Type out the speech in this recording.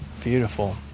beautiful